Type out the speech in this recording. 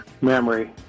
memory